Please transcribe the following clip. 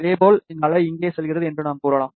இதேபோல் இந்த அலை இங்கே செல்கிறது என்று நாம் கூறலாம்